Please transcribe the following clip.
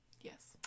Yes